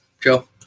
Joe